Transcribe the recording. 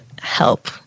help